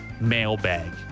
mailbag